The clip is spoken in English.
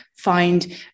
find